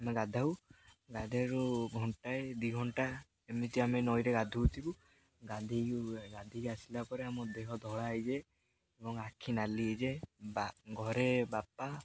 ଆମେ ଗାଧାଉ ଗାଧେଇବାରୁ ଘଣ୍ଟାଏ ଦୁଇ ଘଣ୍ଟା ଏମିତି ଆମେ ନଈରେ ଗାଧଉଥିବୁ ଗାଧୋଇ ଗାଧୋଇକି ଆସିଲା ପରେ ଆମ ଦେହ ଧଳା ହେଇଯାଏ ଏବଂ ଆଖି ନାଲି ହେଇଯାଏ ବା ଘରେ ବାପା